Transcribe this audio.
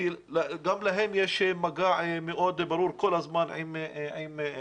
כי גם להם יש מגע מאוד ברור כל הזמן עם הציבור.